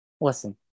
Listen